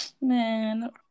Man